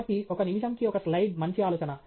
కాబట్టి ఒక నిమిషం కి ఒక స్లైడ్ మంచి ఆలోచన